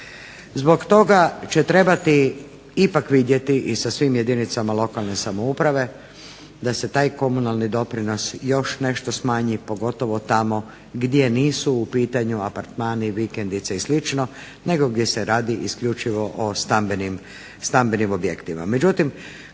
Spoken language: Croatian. Zbog toga će trebati ipak vidjeti i sa svim jedinicama lokalne samouprave da se taj komunalni doprinos još nešto smanji, pogotovo tamo gdje nisu u pitanju apartmani, vikendice i slično nego gdje se radi isključivo o stambenim objektima.